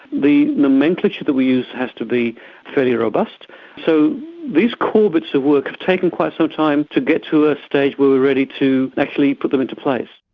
the nomenclature that we use has to be fairly robust so these core bits of work have taken quite some so time to get to a stage where we're ready to actually put them into place.